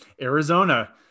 Arizona